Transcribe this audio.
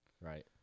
Right